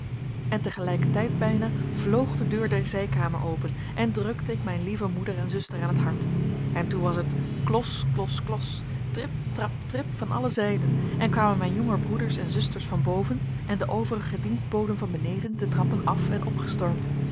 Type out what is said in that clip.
en tegelijkertijd bijna vloog de deur der zijkamer open en drukte ik mijn lieve moeder en zuster aan het hart en toen was het klos klos klos trip trap trip van alle zijden en kwamen mijn jonger broeders en zusters van boven en de overige dienstboden van beneden de trappen af en opgestormd